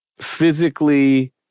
physically